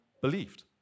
believed